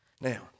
Now